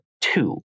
two